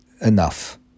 enough